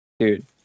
Dude